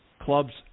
clubs